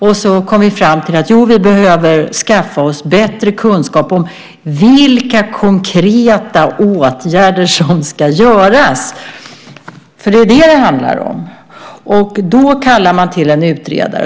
Vi kom då fram till att vi behöver skaffa oss bättre kunskap om vilka konkreta åtgärder som ska vidtas, och då kallar man in en utredare.